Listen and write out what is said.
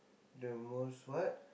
the most what